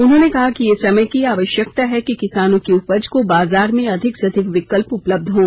उन्होंने कहा कि यह समय की आवश्यक्ता है कि किसानों की उपज को बाजार में अधिक से अधिक विकल्प उपलब्ध हों